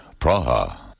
Praha